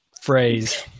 phrase